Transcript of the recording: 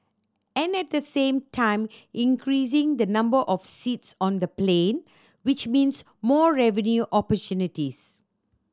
and at the same time increasing the number of seats on the plane which means more revenue opportunities